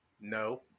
No